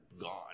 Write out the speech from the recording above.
Gone